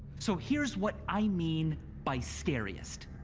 so here's what i mean by scariest.